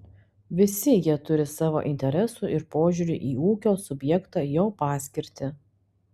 visi jie turi savo interesų ir požiūrį į ūkio subjektą jo paskirtį